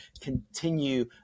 continue